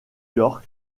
york